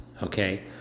Okay